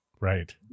right